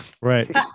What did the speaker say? Right